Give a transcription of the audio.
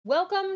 welcome